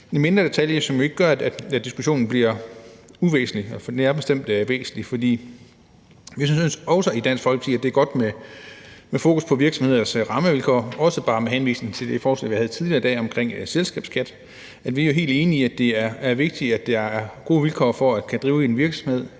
en mindre detalje, som ikke gør, at diskussionen bliver uvæsentlig. Den er bestemt væsentlig, for vi synes også i Dansk Folkeparti, at det er godt med fokus på virksomhedernes rammevilkår, også bare med henvisning til det forslag, vi havde tidligere i dag, om selskabsskat. Vi er jo helt enige i, at det er vigtigt, at der er gode vilkår for at kunne drive en virksomhed